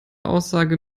aussage